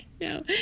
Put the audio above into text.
No